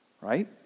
right